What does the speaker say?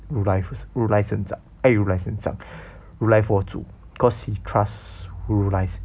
无赖神藏 eh 无赖神藏无赖佛祖 because he trust 无赖